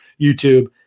YouTube